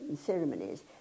ceremonies